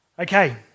Okay